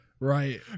Right